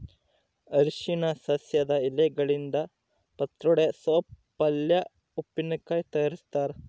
ಅರಿಶಿನ ಸಸ್ಯದ ಎಲೆಗಳಿಂದ ಪತ್ರೊಡೆ ಸೋಪ್ ಪಲ್ಯೆ ಉಪ್ಪಿನಕಾಯಿ ತಯಾರಿಸ್ತಾರ